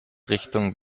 richtung